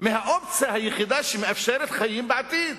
מהאופציה היחידה שמאפשרת חיים בעתיד?